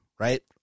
Right